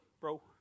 bro